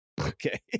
Okay